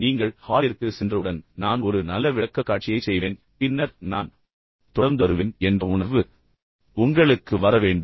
நீங்கள் ஹாலிற்கு சென்றவுடன் நான் இப்போது ஒரு நல்ல விளக்கக்காட்சியைச் செய்வேன் பின்னர் நான் தொடர்ந்து வருவேன் என்ற உணர்வு உங்களுக்கு வர வேண்டும்